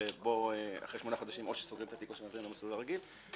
שבו אחרי שמונה חודשים או שסוגרים את התיק או שעוברים למסלול הרגיל.